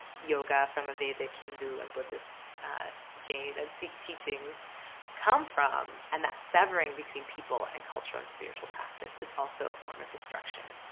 yoga from a vedic, hindu, and buddhist jain and sikh teachings come from. and that severing between people and culture and spiritual practices is also form of destruction.